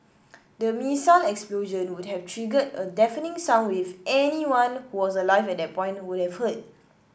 the missile explosion would have triggered a deafening sound wave anyone who was alive at that point would have heard